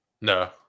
No